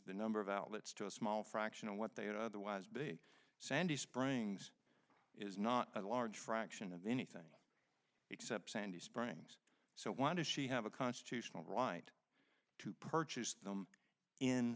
the number of outlets to a small fraction of what they would otherwise be sandy springs is not a large fraction of anything except sandy springs so want to she have a constitutional right to purchase them in